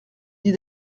dit